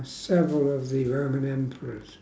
several of the roman emperors